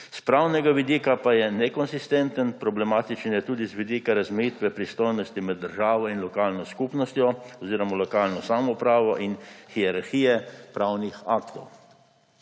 S pravnega vidika pa je nekonsistenten, problematičen je tudi z vidika razmejitve pristojnosti med državo in lokalno skupnostjo oziroma lokalno samoupravo in hierarhijo pravnih aktov.